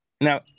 Now